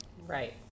Right